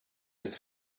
ist